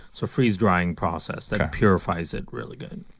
so freeze-drying process then purifies it really good